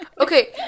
Okay